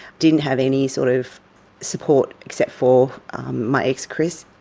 didn't have any sort of support except for my ex chris.